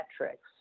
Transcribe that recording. metrics